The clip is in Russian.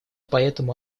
поэтому